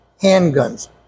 handguns